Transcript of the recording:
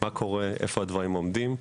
מה קורה, איפה הדברים עובדים.